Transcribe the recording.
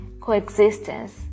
coexistence